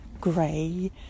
grey